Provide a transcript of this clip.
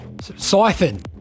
Siphon